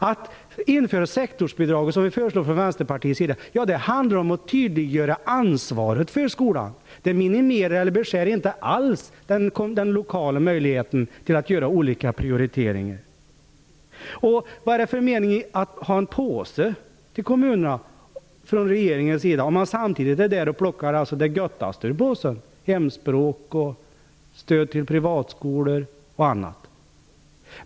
Att införa sektorsbidrag, som vi föreslår från Vänsterpartiets sida, handlar om att tydliggöra ansvaret för skolan. Det minimerar eller beskär inte alls den lokala möjligheten att göra olika prioriteringar. Vad är det för mening med att regeringen ger en påse till kommunerna om den samtidigt är där och plockar det gottaste ur påsen -- hemspråk, stöd till privatskolor och annat?